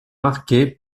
marquée